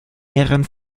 mehreren